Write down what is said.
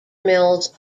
mills